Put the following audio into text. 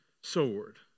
sword